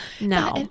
No